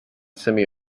semi